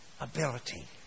ability